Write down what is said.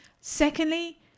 secondly